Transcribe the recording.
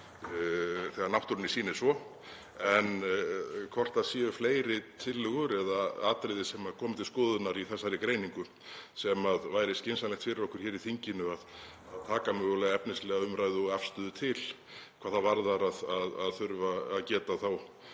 þegar náttúrunni sýnist svo? Eru fleiri tillögur eða atriði sem komu til skoðunar í þessari greiningu sem væri skynsamlegt fyrir okkur hér í þinginu að taka mögulega efnislega umræðu um og afstöðu til hvað það varðar að geta þá